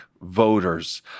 voters